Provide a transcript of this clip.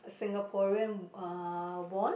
Singaporean uh won